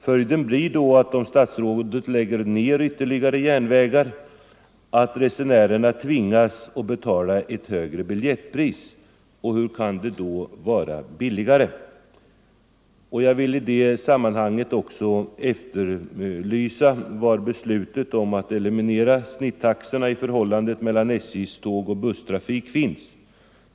Följden blir, om statsrådet lägger ned ytterligare järn — Ang. nedläggningen vägar, att resenärerna tvingas betala ett högre biljettpris. Hur kan det — av olönsam då vara billigare? järnvägstrafik, Jag vill i det sammanhanget också efterlysa hur det gått med full = m.m. följandet av beslutet om att eliminera snittaxorna i förhållandet mellan SJ:s tågoch busstrafik.